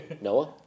Noah